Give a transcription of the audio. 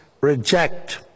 reject